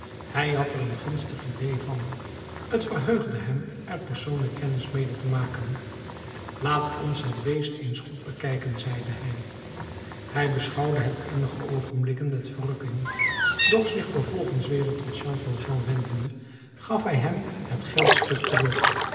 hij had er een gunstig idée van t verheugde hem er persoonlijk kennis mede te maken laat ons het beest eens goed bekijken zeide hij hij beschouwde het eenige oogenblikken met verrukking doch zich vervolgens weder tot jean valjean wendende gaf hij hem het geldstuk terug